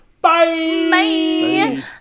Bye